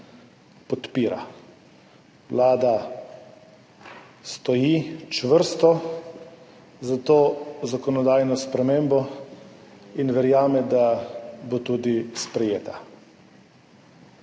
Vlada stoji čvrsto za to zakonodajno spremembo in verjame, da bo tudi sprejeta.